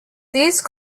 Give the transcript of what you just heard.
these